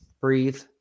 breathe